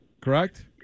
Correct